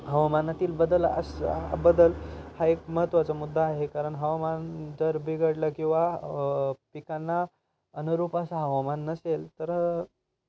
हवामानातील बदल असा बदल हा एक महत्त्वाचा मुद्दा आहे कारण हवामान जर बिघडलं किंवा पिकांना अनुरूप असं हवामान नसेल तर